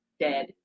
dead